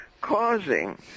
causing